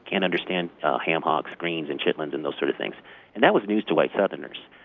and understand ham hocks, greens, and chitlins and those sort of things and that was news to white southerners.